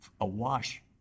awash